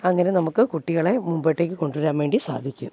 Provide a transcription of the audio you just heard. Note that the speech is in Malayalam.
അങ്ങനെ നമുക്ക് കുട്ടികളെ മുമ്പോട്ടേക്ക് കൊണ്ട് വരാൻ വേണ്ടി സാധിക്കും